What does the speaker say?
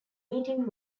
meeting